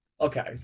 okay